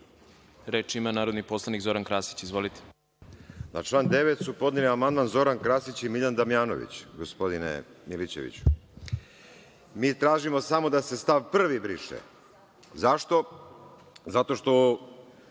ima narodni poslanik Zoran Krasić. Izvolite. **Zoran Krasić** Na član 9. su podneli amandman Zoran Krasić i Miljan Damjanović, gospodine Milićeviću. Mi tražimo samo da se stav prvi briše. Zašto? Zato što